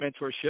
mentorship